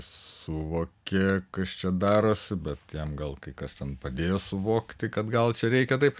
suvokė kas čia darosi bet jam gal kai kas ten padėjo suvokti kad gal čia reikia taip